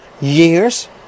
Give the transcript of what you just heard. years